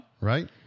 Right